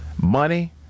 Money